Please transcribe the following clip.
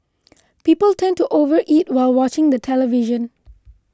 people tend to over eat while watching the television